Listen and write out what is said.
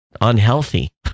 unhealthy